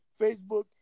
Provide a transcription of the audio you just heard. Facebook